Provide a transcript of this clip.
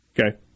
Okay